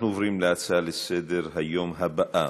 אנחנו עוברים להצעות לסדר-היום בנושא: